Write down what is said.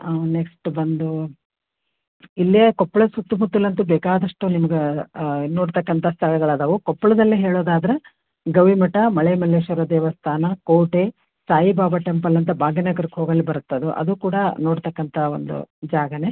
ಹಾಂ ನೆಕ್ಸ್ಟ್ ಬಂದು ಇಲ್ಲೇ ಕೊಪ್ಳದ ಸುತ್ತಮುತ್ತಲಂತೂ ಬೇಕಾದಷ್ಟು ನಿಮ್ಗೆ ನೋಡ್ತಕ್ಕಂಥ ಸ್ಥಳಗಳು ಅದಾವು ಕೊಪ್ಪಳದಲ್ಲೇ ಹೇಳೋದಾದರೆ ಗವಿ ಮಠ ಮಲೆ ಮಲ್ಲೇಶ್ವರ ದೇವಸ್ಥಾನ ಕೋಟೆ ಸಾಯಿಬಾಬಾ ಟೆಂಪಲ್ ಅಂತ ಭಾಗ್ಯ ನಗರಕ್ಕೆ ಹೋಗಲ್ಲ ಬರುತ್ತೆ ಅದು ಅದು ಕೂಡ ನೋಡ್ತಕ್ಕಂಥ ಒಂದು ಜಾಗವೇ